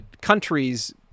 countries